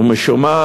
ומשום מה,